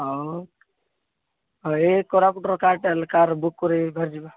ଆଉ ଏହି କୋରାପୁଟର କାର୍ଟା ଆଣିଲେ କାର୍ ବୁକ୍ କରିକି ଧରିକି ଯିବା